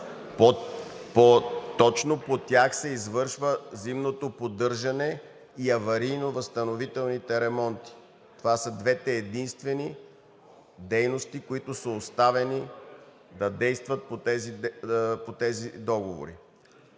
точно по тях се извършва зимното поддържане и аварийно-възстановителните ремонти. Това са двете единствени дейности, които са оставени да действат по тези договори.